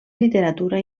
literatura